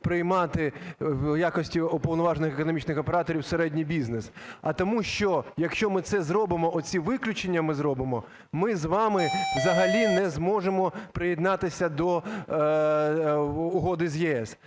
приймати в якості уповноважених економічних операторів середній бізнес, а тому що, якщо ми це зробимо, оці виключення ми зробимо, ми з вами взагалі не зможемо приєднатися до угоди з ЄС.